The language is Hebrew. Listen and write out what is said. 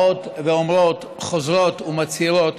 באות ואומרות, חוזרות ומצהירות,